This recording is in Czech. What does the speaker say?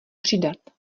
přidat